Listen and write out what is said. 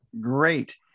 great